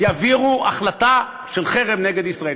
יעבירו החלטה של חרם נגד ישראל?